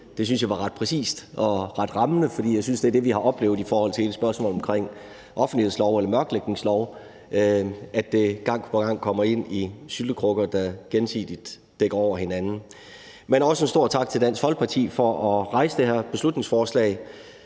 Det synes jeg var ret præcist og ret rammende, for jeg synes, det er det, vi har oplevet i forhold til hele spørgsmålet omkring offentlighedsloven eller mørklægningsloven, at det gang på gang kommer i syltekrukker, der gensidigt dækker over hinanden. Men også en stor tak til Dansk Folkeparti for at fremsætte det her beslutningsforslag